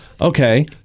okay